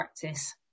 practice